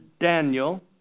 Daniel